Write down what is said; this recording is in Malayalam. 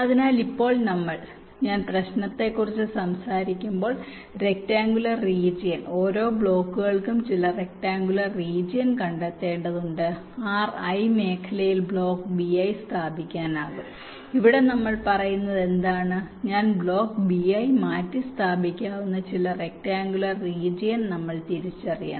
അതിനാൽ ഇപ്പോൾ നമ്മൾ ഞാൻ പ്രശ്നങ്ങളെക്കുറിച്ച് സംസാരിക്കുമ്പോൾ റെക്ടാങ്കുലർ റീജിയൻ ഓരോ ബ്ലോക്കുകൾക്കും ചില റെക്ടാങ്കുലർ റീജിയൻ കണ്ടെത്തേണ്ടതുണ്ട് Ri മേഖലയിൽ ബ്ലോക്ക് Bi സ്ഥാപിക്കാനാകും ഇവിടെ നമ്മൾ പറയുന്നത് എന്താണ് ഞാൻ ബ്ലോക്ക് Bi മാറ്റി സ്ഥാപിക്കാവുന്ന ചില റെക്ടാങ്കുലർ റീജിയൻ നമ്മൾ തിരിച്ചറിയണം